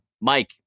Mike